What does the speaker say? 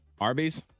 Arby's